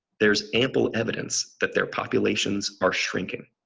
there's ample evidence that their populations are shrinking.